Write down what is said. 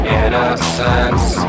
innocence